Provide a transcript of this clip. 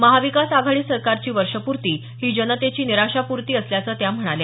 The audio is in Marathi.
महाविकास आघाडी सरकारची वर्षपूर्ती ही जनतेची निराशापूर्ती असल्याचं त्या म्हणाल्या